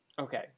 Okay